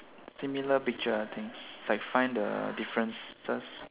similar picture I think it's like find the differences